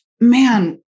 Man